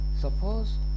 suppose